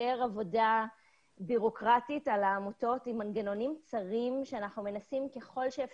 עבודה בירוקרטית על העמותות עם מנגנונים צרים כאשר אנחנו מנסים